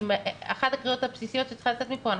--- ואחת הקריאות הבסיסיות שצריכה לצאת מפה היא